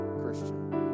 Christian